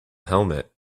helmet